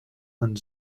and